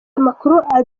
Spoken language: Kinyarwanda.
amakuru